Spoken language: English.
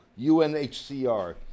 UNHCR